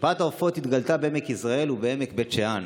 שפעת העופות התגלתה בעמק יזרעאל ובעמק בית שאן,